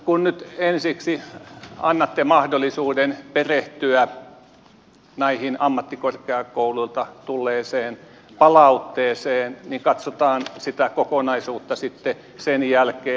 kun nyt ensiksi annatte mahdollisuuden perehtyä tähän ammattikorkeakouluilta tulleeseen palautteeseen niin katsotaan sitä kokonaisuutta sitten sen jälkeen